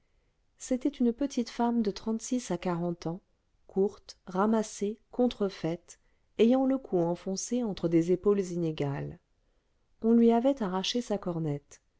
c'était une petite femme de trente-six à quarante ans courte ramassée contrefaite ayant le cou enfoncé entre des épaules inégales on lui avait arraché sa cornette